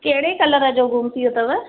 कहिड़े कलर जो गुम थी वियो अथव